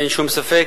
אין שום ספק.